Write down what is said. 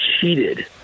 cheated